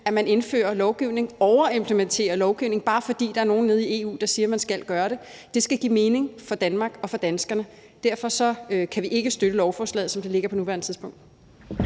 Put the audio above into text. at man indfører lovgivning, overimplementerer lovgivning, bare fordi der er nogen nede i EU, der siger, at man skal gøre det. Det skal give mening for Danmark og for danskerne, og derfor kan vi ikke støtte lovforslaget, som det ligger på nuværende tidspunkt.